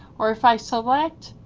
or if i select